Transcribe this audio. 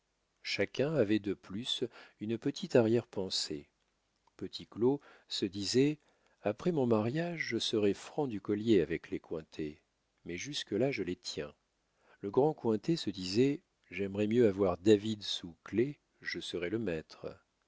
chacun avait de plus une petite arrière-pensée petit claud se disait après mon mariage je serai franc du collier avec les cointet mais jusque-là je les tiens le grand cointet se disait j'aimerais mieux avoir david sous clef je serais le maître